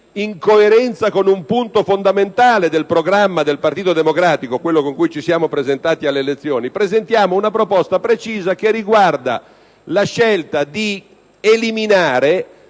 In coerenza con un punto fondamentale del programma del Partito Democratico, quello con il quale ci siamo presentati alle elezioni, avanziamo una proposta precisa che riguarda la scelta di eliminare